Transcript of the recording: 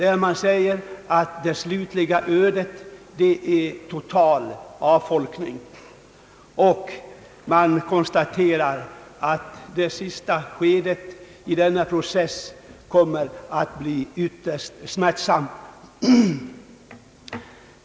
Enligt denna utredning blir total avfolkning det slutliga ödet för dessa trakter, och man förutspår att det sista skedet av den processen kommer att bli ytterst smärtsamt.